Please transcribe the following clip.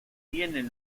tienen